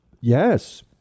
Yes